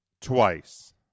twice